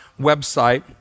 website